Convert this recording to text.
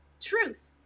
truth